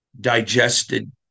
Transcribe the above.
digested